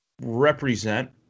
represent